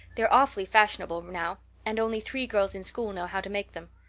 they are awfully fashionable now and only three girls in school know how to make them.